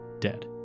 dead